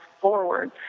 forward